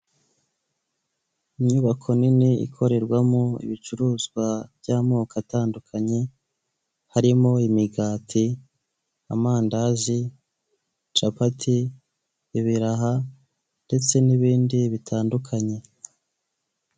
Inyubako nini ikorerwamo ibicuruzwa by'amoko atandukanye harimo: imigati, amandazi, capati, ibiraha, ndetse n'ibindi bitandukanye.